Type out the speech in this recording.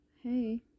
Hey